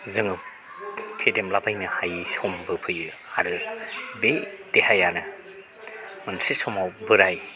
जोङो फेदेमलाबायनो हायो समबो फैयो आरो बे देहायानो मोनसे समाव बोराय